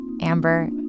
Amber